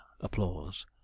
applause